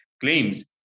claims